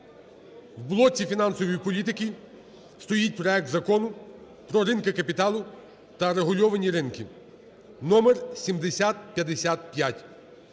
в блоці фінансової політики строїть проект Закону про ринки капіталу та регульовані ринки (№ 7055).